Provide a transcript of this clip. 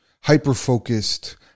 hyper-focused